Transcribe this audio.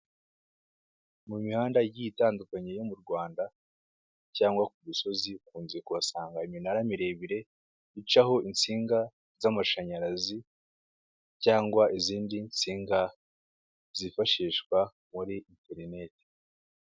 Mu mihanda igiye itandukanye yo mu Rwanda cyangwa ku musozi ukunze kuhasanga iminara miremire icaho insinga z'amashanyarazi, cyangwa izindi nsinga zifashishwa muri interineti.